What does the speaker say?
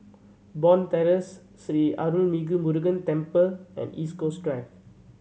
Bond Terrace Sri Arulmigu Murugan Temple and East Coast Drive